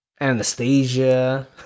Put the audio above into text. Anastasia